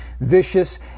vicious